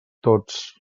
tots